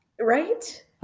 right